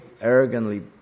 arrogantly